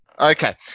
Okay